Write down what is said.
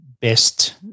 best